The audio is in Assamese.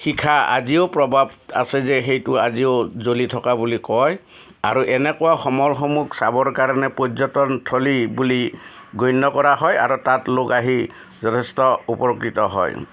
শিখা আজিও প্ৰবাদ আছে যে আজিও সেইটো জ্বলি থকা বুলি কয় আৰু এনেকুৱা সমলসমূহ চাবৰ কাৰণে পৰ্যটন থলী বুলি গণ্য কৰা হয় আৰু তাত লোক আহি যথেষ্ট উপকৃত হয়